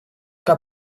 que